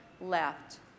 left